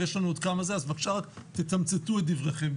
אז בבקשה רק תתמצתו את דבריכם.